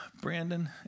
Brandon